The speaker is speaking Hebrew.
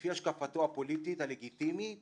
לפי השקפתו הפוליטית הלגיטימית